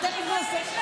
אני דואגת לך.